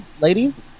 ladies